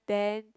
then